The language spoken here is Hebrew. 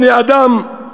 בני-אדם,